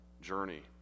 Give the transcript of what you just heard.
journey